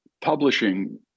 publishing